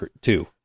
two